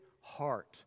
heart